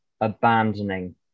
abandoning